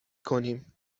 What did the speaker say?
کنیم